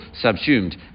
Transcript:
subsumed